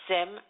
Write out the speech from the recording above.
Sim